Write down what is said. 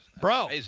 Bro